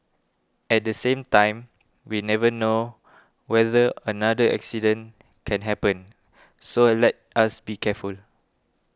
at the same time we never know whether another accident can happen so let us be careful